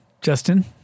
Justin